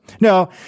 no